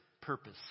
purpose